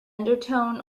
undertone